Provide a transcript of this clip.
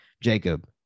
Jacob